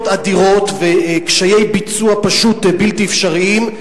אדירות וקשיי ביצוע פשוט בלתי אפשריים,